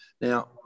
Now